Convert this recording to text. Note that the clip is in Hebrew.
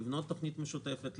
לבנות תוכנית משותפת,